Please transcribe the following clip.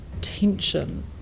tension